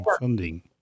funding